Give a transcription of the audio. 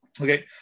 Okay